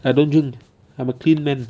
I don't drink I'm a clean man